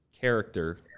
character